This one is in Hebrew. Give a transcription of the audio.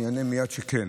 אני אענה מייד שכן.